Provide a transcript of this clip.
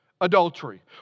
adultery